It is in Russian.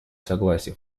согласие